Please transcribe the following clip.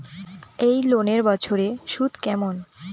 এই লোনের বছরে সুদ কেমন?